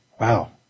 Wow